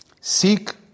Seek